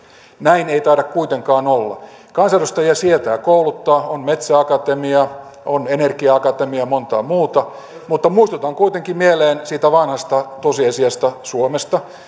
näin ei taida kuitenkaan olla kansanedustajia sietää kouluttaa on metsäakatemia on energia akatemia ja monta muuta mutta muistutan kuitenkin mieleen siitä vanhasta tosiasiasta suomesta